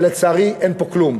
ולצערי, אין פה כלום.